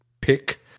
pick